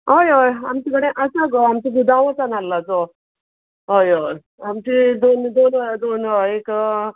अय अय आमचे कडे आसा गो आमचें गुदांवू आसा नाल्लाचो अय अय आमचे दोन दोन दोन एक